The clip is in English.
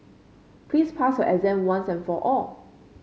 please pass your exam once and for all